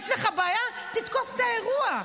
יש לך בעיה, תתקוף את האירוע.